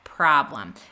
problem